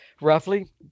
roughly